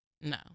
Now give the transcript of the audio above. no